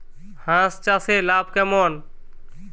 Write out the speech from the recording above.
হাঁস চাষে লাভ কেমন?